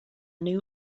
new